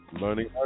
Learning